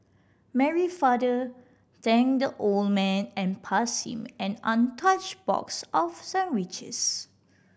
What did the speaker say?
Mary father thanked the old man and passed him an untouched box of sandwiches